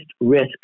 risk